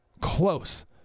close